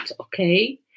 okay